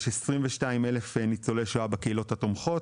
יש 22 אלף ניצולי שואה בקהילות התומכות,